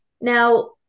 Now